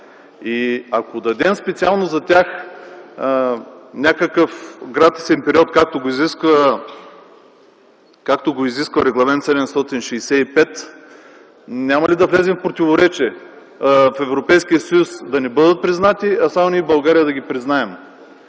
Ако дадем специално за тях някакъв гратисен период, както го изисква Регламент 765, няма ли да влезем в противоречие - в Европейския съюз да не бъдат признати, а само ние в България да ги признаем?